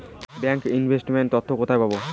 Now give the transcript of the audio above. Bank investment তথ্য কোথায় পাব?